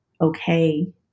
okay